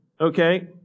okay